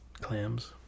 clams